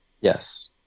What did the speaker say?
Yes